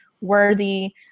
worthy